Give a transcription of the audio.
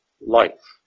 life